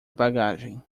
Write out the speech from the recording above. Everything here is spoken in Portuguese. bagagem